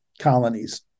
colonies